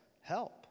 help